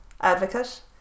advocate